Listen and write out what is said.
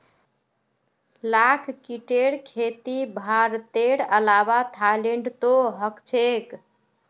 लाख कीटेर खेती भारतेर अलावा थाईलैंडतो ह छेक